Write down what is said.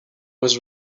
was